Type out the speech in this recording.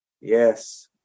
Yes